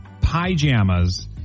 pajamas